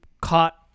caught